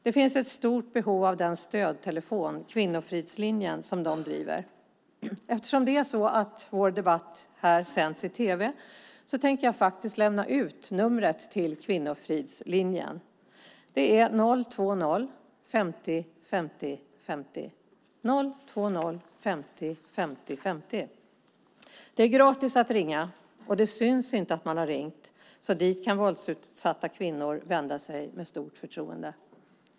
Det finns ett stort behov av den stödtelefon, Kvinnofridslinjen, som de driver. Eftersom vår debatt här sänds i tv tänker jag lämna ut numret till Kvinnofridslinjen: 020-50 50 50. Det är gratis att ringa, och det syns inte att man har ringt, så dit kan våldsutsatta kvinnor vända sig med stort förtroende.